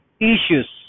issues